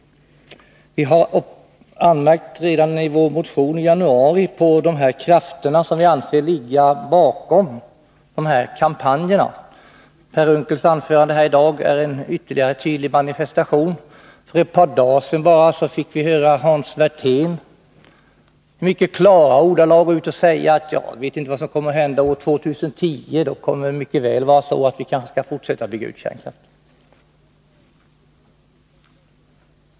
Vi har redan i vår motion i januari anmärkt på de krafter som vi anser ligger bakom dessa kampanjer. Per Unckels anförande här i dag är ytterligare en tydlig manifestation. För ett par dagar sedan fick vi höra Hans Werthén i mycket klara ordalag säga att vi inte vet vad som kommer att hända år 2010 — då kan det mycket väl vara så att vi kanske skall fortsätta att bygga ut kärnkraften.